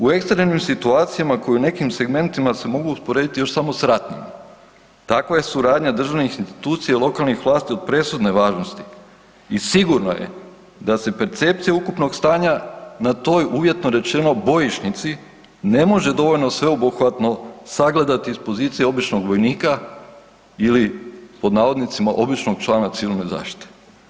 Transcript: U ekstremnim situacijama koje u nekim segmentima se mogu usporediti još samo s ratnim, takva je suradnja državnih institucija i lokalnih vlasti od presudne važnosti i sigurno je da se percepcija ukupnog stanja na toj, uvjetno rečeno, bojišnici, ne može dovoljno sveobuhvatno sagledati iz pozicije običnog vojnika ili pod navodnicima običnog člana civilne zaštite.